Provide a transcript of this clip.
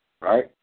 right